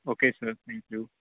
okay sir thank you